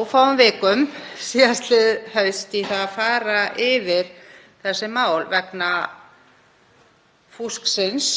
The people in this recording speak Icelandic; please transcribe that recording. ófáum vikum síðastliðið haust í að fara yfir þessi mál vegna fúsksins,